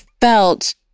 felt